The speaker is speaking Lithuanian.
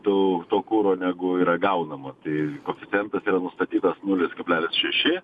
to to kuro negu yra gaunama tai koeficientas yra nustatytas nulis kablelis šeši